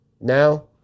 Now